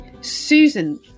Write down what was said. Susan